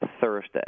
Thursday